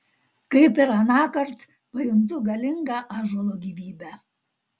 kaip ir anąkart pajuntu galingą ąžuolo gyvybę